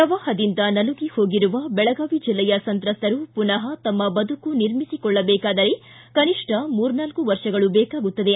ಪ್ರವಾಹದಿಂದ ನಲುಗಿಹೋಗಿರುವ ಬೆಳಗಾವಿ ಜಿಲ್ಲೆಯ ಸಂತ್ರಸ್ತರು ಮನಃ ತಮ್ಮ ಬದುಕು ನಿರ್ಮಿಸಿಕೊಳ್ಳಬೇಕಾದರೆ ಕನಿಷ್ಠ ಮೂರ್ನಾಲ್ಕು ವರ್ಷಗಳು ಬೇಕಾಗುತ್ತದೆ